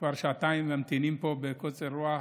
כבר שעתיים הם ממתינים פה בקוצר רוח.